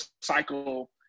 cycle